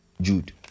Jude